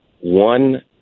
one